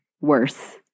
worse